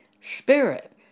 Spirit